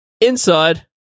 inside